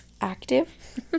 active